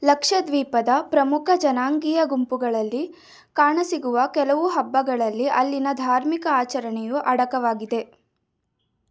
ಲಕ್ಷದ್ವೀಪದ ಪ್ರಮುಖ ಜನಾಂಗೀಯ ಗುಂಪುಗಳಲ್ಲಿ ಕಾಣಸಿಗುವ ಕೆಲವು ಹಬ್ಬಗಳಲ್ಲಿ ಅಲ್ಲಿನ ಧಾರ್ಮಿಕ ಆಚರಣೆಯು ಅಡಕವಾಗಿದೆ